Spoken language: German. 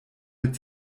mit